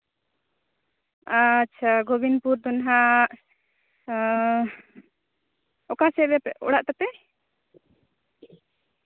ᱟᱪᱪᱷᱟ ᱜᱳᱵᱤᱱᱯᱩᱨ ᱫᱚ ᱱᱟᱜ ᱚᱠᱟ ᱥᱮᱫ ᱨᱮ ᱚᱲᱟᱜ ᱛᱟᱯᱮ